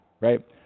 right